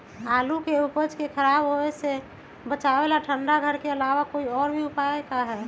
आलू के उपज के खराब होवे से बचाबे ठंडा घर के अलावा कोई और भी उपाय है का?